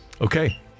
Okay